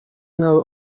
mały